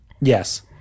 Yes